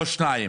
לא שניים,